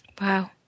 Wow